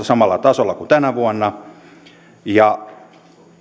samalla tasolla kuin tänä vuonna